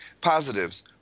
Positives